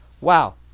wow